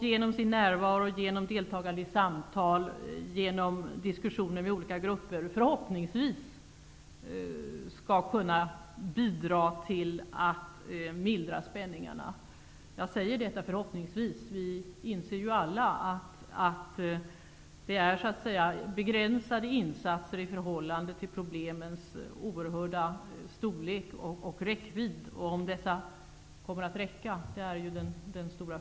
Genom sin närvaro, genom deltagande i samtal och diskussioner med olika grupper skall de förhoppningsvis kunna bidra till att mildra spänningarna. Jag säger att detta är förhoppningen. Vi inser ju alla att det är begränsade insatser i förhållande till problemens oerhörda storlek och räckvidd. Den stora frågan är om dessa insatser kommer att räcka.